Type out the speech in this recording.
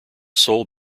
seoul